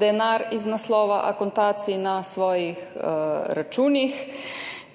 denar iz naslova akontacij na svojih računih.